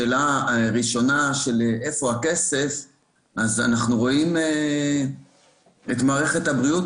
השאלה הראשונה של איפה הכסף - אנחנו רואים את מערכת הבריאות.